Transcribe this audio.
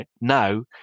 Now